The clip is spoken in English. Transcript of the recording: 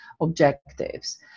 objectives